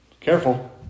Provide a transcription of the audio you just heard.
careful